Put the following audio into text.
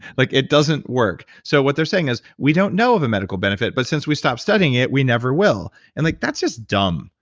like, it doesn't work. so what they're saying is, we don't know of a medical benefit, but since we stopped studying it, we never will. and like, that's just dumb.